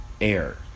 air